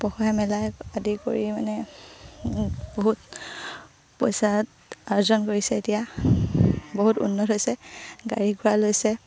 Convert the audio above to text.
পঢ়ুৱাই মেলাই আদি কৰি মানে বহুত পইচাত আৰ্জন কৰিছে এতিয়া বহুত উন্নত হৈছে গাড়ী ঘোঁৰা লৈছে